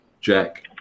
jack